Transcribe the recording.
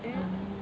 mm